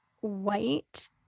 white